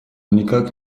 никак